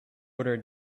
other